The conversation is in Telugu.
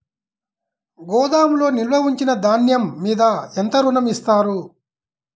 గోదాములో నిల్వ ఉంచిన ధాన్యము మీద ఎంత ఋణం ఇస్తారు?